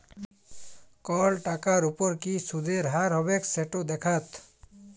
call টাকার উপর কি সুদের হার হবেক সেট দ্যাখাত